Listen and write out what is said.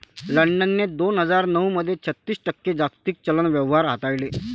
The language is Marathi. लंडनने दोन हजार नऊ मध्ये छत्तीस टक्के जागतिक चलन व्यवहार हाताळले